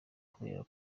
kubera